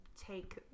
take